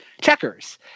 Checkers